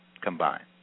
combined